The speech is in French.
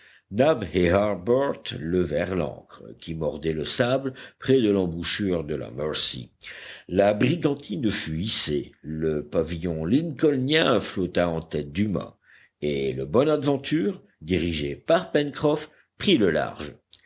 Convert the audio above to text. harbert levèrent l'ancre qui mordait le sable près de l'embouchure de la mercy la brigantine fut hissée le pavillon lincolnien flotta en tête du mât et le bonadventure dirigé par pencroff prit le large